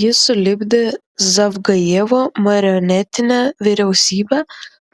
ji sulipdė zavgajevo marionetinę vyriausybę